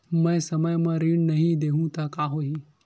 मैं समय म ऋण नहीं देहु त का होही